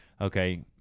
okay